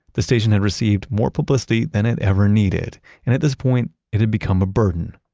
the station had received more publicity than it ever needed, and at this point, it had become a burden.